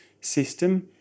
system